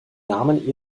namen